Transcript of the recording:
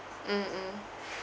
mm mm